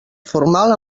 formal